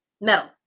metal